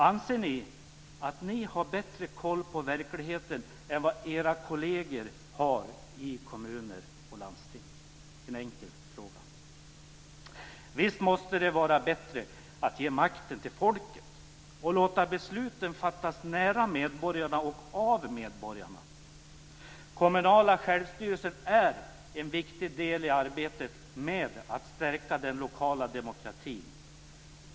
Anser ni att ni har bättre koll på verkligheten än vad era kolleger i kommuner och landsting har? Det är en enkel fråga. Visst måste det vara bättre att ge makten till folket, och låta besluten fattas nära medborgarna och av medborgarna. Den kommunala självstyrelsen är en viktig del i arbetet med att stärka den lokala demokratin.